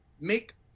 Make